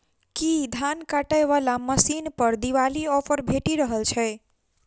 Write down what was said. की धान काटय वला मशीन पर दिवाली ऑफर भेटि रहल छै?